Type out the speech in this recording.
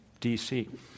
DC